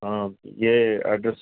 ہاں یہ ایڈریس